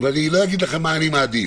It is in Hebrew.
ואני לא אגיד לכם מה אני מעדיף.